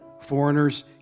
Foreigners